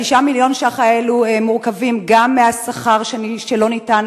9 מיליון השקלים האלו מורכבים גם מהשכר שלא ניתן